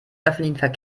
öffentlichen